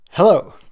Hello